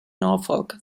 norfolk